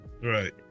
Right